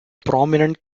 prominent